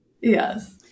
Yes